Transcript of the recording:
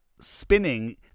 spinning